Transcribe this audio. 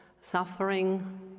suffering